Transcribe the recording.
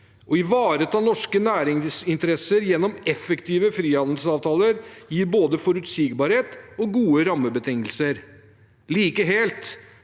Å ivareta norske næringsinteresser gjennom effektive frihandelsavtaler gir både forutsigbarhet og gode rammebetingelser. Like fullt